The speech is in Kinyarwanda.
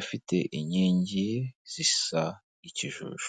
ifite inkingi zisa ikijuju.